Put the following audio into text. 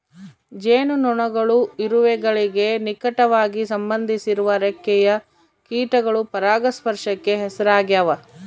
ಜೇನುನೊಣಗಳು ಇರುವೆಗಳಿಗೆ ನಿಕಟವಾಗಿ ಸಂಬಂಧಿಸಿರುವ ರೆಕ್ಕೆಯ ಕೀಟಗಳು ಪರಾಗಸ್ಪರ್ಶಕ್ಕೆ ಹೆಸರಾಗ್ಯಾವ